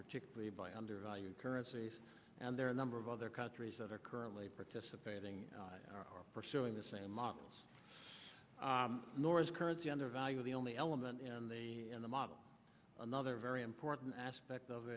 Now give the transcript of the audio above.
particularly by undervalued currency and there are a number of other countries that are currently participating are pursuing the same models nor is currency undervalued the only element and they are the model another very important aspect of